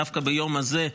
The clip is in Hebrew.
דווקא ביום הזה,